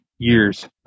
years